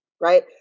right